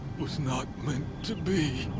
was not meant to be!